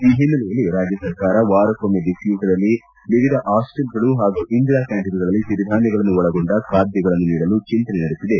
ಈ ಹಿನ್ನೆಲೆಯಲ್ಲಿ ರಾಜ್ಯ ಸರ್ಕಾರ ವಾರಕ್ಕೊಮ್ಮೆ ಬಿಸಿಯೂಟದಲ್ಲಿ ವಿವಿಧ ಹಾಸ್ಟೆಲ್ಗಳು ಹಾಗೂ ಇಂದಿರಾಕ್ಕಾಂಟೀನ್ಗಳಲ್ಲಿ ಸಿರಿಧಾನ್ಯಗಳನ್ನು ಒಳಗೊಂಡ ಖಾದ್ಯಗಳನ್ನು ನೀಡಲು ಚಿಂತನೆ ನಡೆಸಿದೆ